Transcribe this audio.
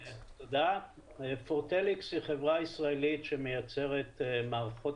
פורטליקס היא חברה ישראלית שמייצרת מערכות